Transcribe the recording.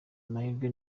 amahirwe